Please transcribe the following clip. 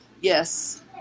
Yes